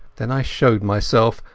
then i showed myself,